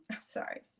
Sorry